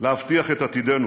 להבטיח את עתידנו.